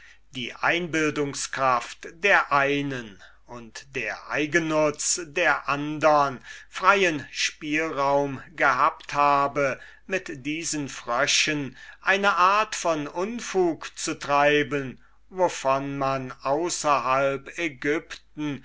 die einbildungskraft der einen und der eigennutz der andern freien spielraum gehabt habe mit diesen fröschen eine art von unfug zu treiben wovon man außerhalb aegypten